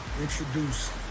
introduce